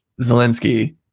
Zelensky